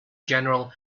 general